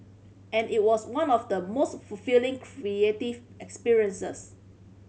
and it was one of the most fulfilling creative experiences